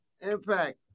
Impact